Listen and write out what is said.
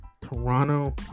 Toronto